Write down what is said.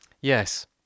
Yes